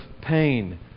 pain